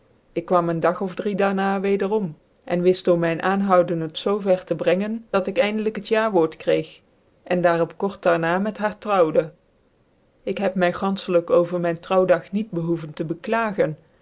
ik kwam een dag of drie daar na wederom en wift door mijn aanhouden het zoo ver tc brengen dat ik eindelijk het jawoort kreeg en daar op kort daar na met haar trouwde ik heb my f z gan g efcbie hnis van anlchelijk over myn trouwdag niet bcoeven tc beklagen